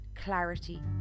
clarity